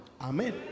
Amen